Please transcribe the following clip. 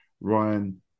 Ryan